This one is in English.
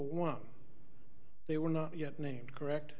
one they were not yet named correct